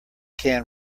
can